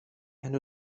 and